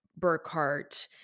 Burkhart